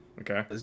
Okay